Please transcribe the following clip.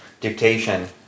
dictation